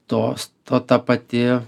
tos to ta pati